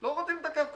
לא רוצים לתקף כרטיס,